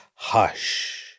Hush